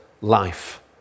life